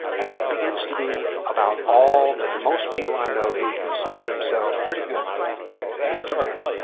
and that begins to be about all that most people i know who consider themselves pretty good historians,